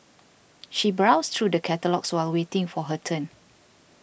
she browsed through the catalogues while waiting for her turn